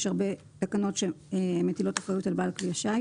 יש הרבה תקנות שמטילות אחריות על בעל כלי שיט